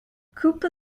cooper